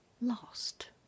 lost